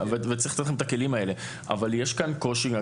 צריך לתת להם את הכלים האלה אבל יש כאן קושי,